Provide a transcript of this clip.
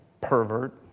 pervert